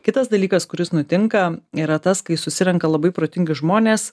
kitas dalykas kuris nutinka yra tas kai susirenka labai protingi žmonės